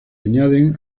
añaden